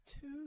Two